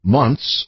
months